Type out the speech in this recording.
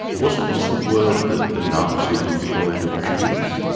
wasn't this a word that the nazis employed of jews?